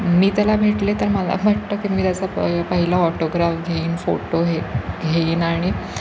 मी त्याला भेटले तर मला वाटतं की मी त्याचा पहि पहिला ऑटोग्राफ घेईन फोटो हे घेईन आणि